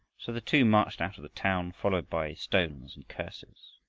so the two marched out of the town followed by stones and curses.